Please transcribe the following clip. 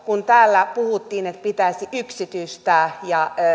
kun täällä puhuttiin että pitäisi yksityistää